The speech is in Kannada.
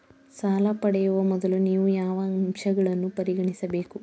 ಸಾಲ ಪಡೆಯುವ ಮೊದಲು ನೀವು ಯಾವ ಅಂಶಗಳನ್ನು ಪರಿಗಣಿಸಬೇಕು?